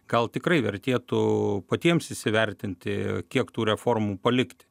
gal tikrai vertėtų patiems įsivertinti kiek tų reformų palikti